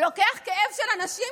לוקח כאב של אנשים,